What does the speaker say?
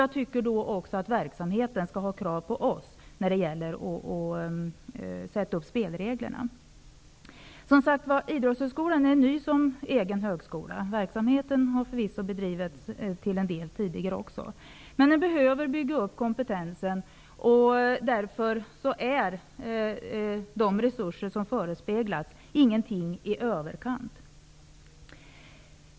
Men verksamheten skall också, tycker jag, kunna ställa krav på oss när det gäller att fastställa spelreglerna. Idrottshögskolan är, som sagt, ny i egenskap av egen högskola. Verksamheten har förvisso till en del bedrivits tidigare också. Men det är nödvändigt att bygga upp kompetensen. Därför är de resurser som förespeglats rakt inte i överkant.